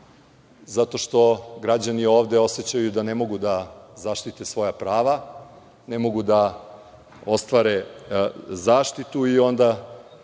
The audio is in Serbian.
zato što građani ovde osećaju da ne mogu da zaštite svoja prava, ne mogu da ostvare zaštitu i onda